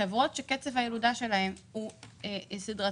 חברות שקצב הילודה שלהן הוא סדרתי,